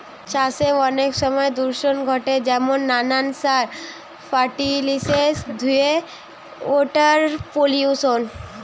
চাষে অনেক সময় দূষণ ঘটে যেমন নানান সার, ফার্টিলিসের ধুয়ে ওয়াটার পলিউশন